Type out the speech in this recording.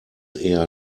eher